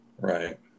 Right